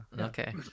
Okay